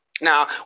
Now